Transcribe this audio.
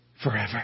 Forever